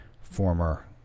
former